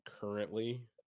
currently